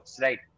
right